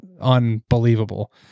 unbelievable